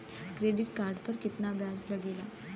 Credit card पर कितना ब्याज लगेला?